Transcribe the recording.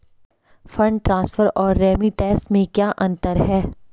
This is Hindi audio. फंड ट्रांसफर और रेमिटेंस में क्या अंतर है?